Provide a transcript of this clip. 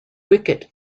wicket